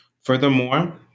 Furthermore